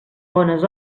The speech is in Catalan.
bones